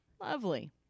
Lovely